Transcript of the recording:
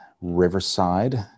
Riverside